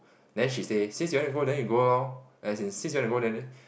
then she say since you wanna go then we go lor as in since you wanna go then then